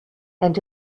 and